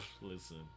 listen